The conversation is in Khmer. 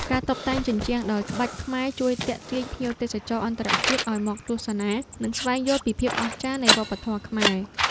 ការតុបតែងជញ្ជាំងដោយក្បាច់ខ្មែរជួយទាក់ទាញភ្ញៀវទេសចរអន្តរជាតិឱ្យមកទស្សនា និងស្វែងយល់ពីភាពអស្ចារ្យនៃវប្បធម៌ខ្មែរ។